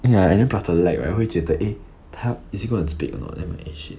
ya and then plus the light right 我会觉得 eh 他 is he going to speak or not then I'm like eh shit